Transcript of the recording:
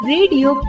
Radio